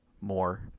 more